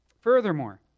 Furthermore